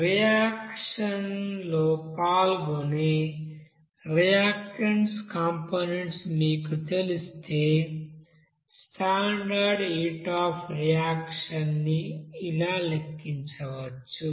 reaction లో పాల్గొనే reactant components మీకు తెలిస్తే స్టాండర్డ్ హీట్ అఫ్ రియాక్షన్ ని ఇలా లెక్కించవచ్చు